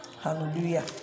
Hallelujah